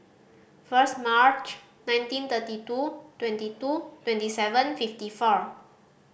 first March nineteen thirty two twenty two twenty seven fifty four